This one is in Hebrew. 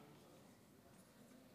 לא ייאמן,